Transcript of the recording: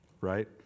right